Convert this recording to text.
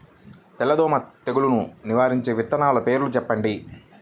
తెల్లదోమ తెగులును నివారించే విత్తనాల పేర్లు చెప్పండి?